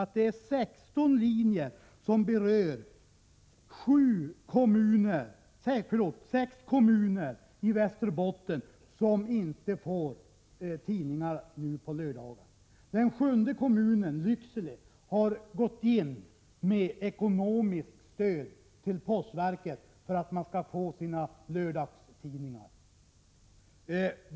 Men det är faktiskt sexton linjer, som 26 mars 1987 berör sex kommuner i Västerbotten, som inte kommer att få tidningar på lördagar. Den sjunde kommunen, Lycksele, har gått in med ekonomiskt stöd till postverket för att människorna skall få sina lördagstidningar.